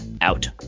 out